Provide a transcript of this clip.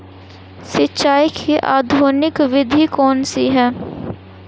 सिंचाई की आधुनिक विधि कौन सी है?